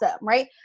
Right